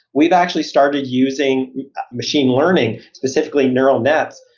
we've actually started using machine learning, specifically neural nets,